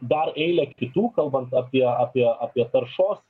dar eilę kitų kalbant apie apie apie taršos